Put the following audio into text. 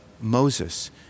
Moses